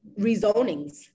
rezonings